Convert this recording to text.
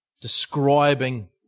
describing